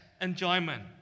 enjoyment